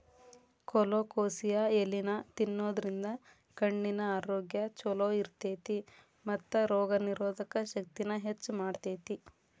colocasia ಎಲಿನಾ ತಿನ್ನೋದ್ರಿಂದ ಕಣ್ಣಿನ ಆರೋಗ್ಯ್ ಚೊಲೋ ಇರ್ತೇತಿ ಮತ್ತ ರೋಗನಿರೋಧಕ ಶಕ್ತಿನ ಹೆಚ್ಚ್ ಮಾಡ್ತೆತಿ